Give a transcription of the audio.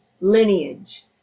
lineage